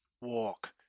walk